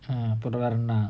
அப்பறம்வேறஎன்ன:appuram vera enna